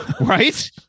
right